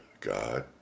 God